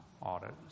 audit